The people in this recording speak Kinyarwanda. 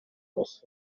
basa